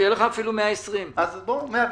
קודם כל,